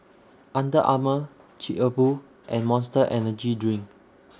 Under Armour Chic A Boo and Monster Energy Drink